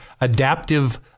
Adaptive